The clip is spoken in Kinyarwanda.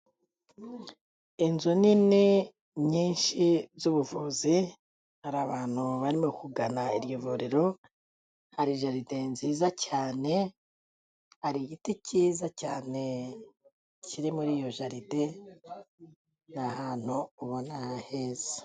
Inzu nini nyinshi z'ubuvuzi, hari abantu barimo kugana iryo vuriro, hari jaride nziza cyane, hari igiti cyiza cyane kiri muri iyo jaride, ni ahantu ubona heza.